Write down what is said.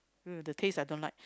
the taste I don't like